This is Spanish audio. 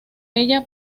ella